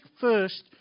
first